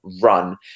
run